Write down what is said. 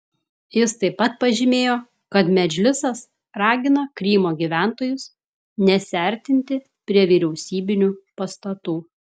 jis taip pat pažymėjo kad medžlisas ragina krymo gyventojus nesiartinti prie vyriausybinių pastatų